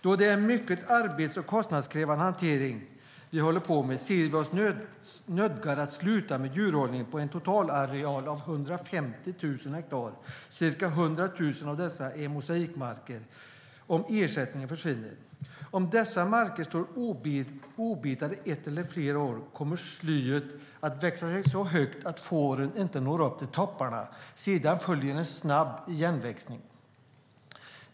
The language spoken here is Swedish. Då det är en mycket arbets och kostnadskrävande hantering vi håller på med ser vi oss nu nödgade att sluta med djurhållning på en totalareal av ca 150 hektar, varav ca 100 hektar är mosaikmarker, om ersättningen försvinner. Om dessa marker står obetade ett eller flera år kommer slyet att växa sig så högt att fåren inte når upp till topparna. Sedan följer en snabb igenväxning.